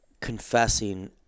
confessing